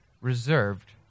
reserved